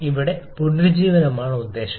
അവിടെ പുനരുജ്ജീവന ഉദ്ദേശ്യം